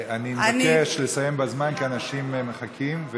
אני מבקש לסיים בזמן, כי אנשים מחכים.